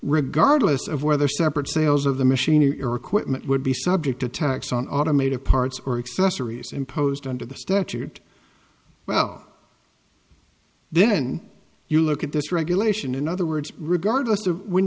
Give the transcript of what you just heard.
regardless of whether separate sales of the machinery or quit would be subject to tax on automated parts or accessories imposed under the statute well then you look at this regulation in other words regardless of